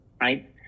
Right